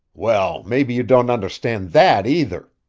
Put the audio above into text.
well, maybe you don't understand that, either!